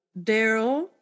Daryl